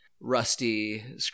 rusty